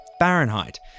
Fahrenheit